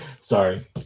Sorry